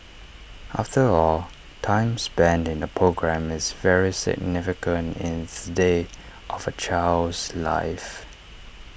after all time spent in A programme is very significant in the day of A child's life